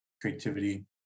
creativity